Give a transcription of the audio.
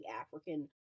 African